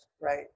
right